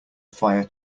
fire